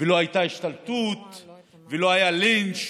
לא הייתה השתלטות ולא היה לינץ'.